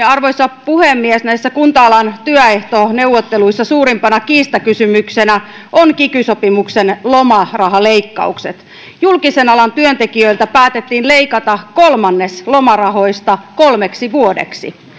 arvoisa puhemies näissä kunta alan työehtoneuvotteluissa suurimpana kiistakysymyksenä on kiky sopimuksen lomarahaleikkaukset julkisen alan työntekijöiltä päätettiin leikata kolmannes lomarahoista kolmeksi vuodeksi